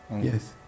Yes